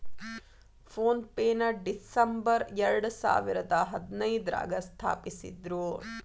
phone ಪೆನ December ಎರಡಸಾವಿರದ ಹದಿನೈದ್ರಾಗ ಸ್ಥಾಪಿಸಿದ್ರು